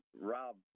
Rob